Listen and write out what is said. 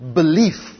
belief